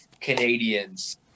canadians